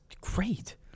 great